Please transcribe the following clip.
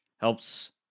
helps